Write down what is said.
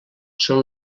són